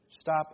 stop